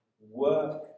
work